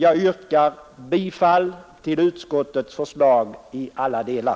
Jag yrkar bifall till utskottets hemställan i alla delar.